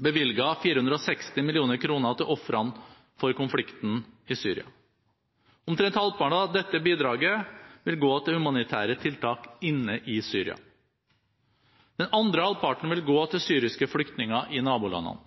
460 mill. kr til ofrene for konflikten i Syria. Omtrent halvparten av dette bidraget vil gå til humanitære tiltak inne i Syria. Den andre halvparten vil gå til syriske flyktninger i nabolandene.